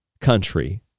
country